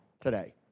today